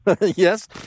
Yes